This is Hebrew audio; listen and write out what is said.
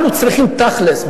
אנחנו צריכים תכל'ס.